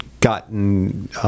gotten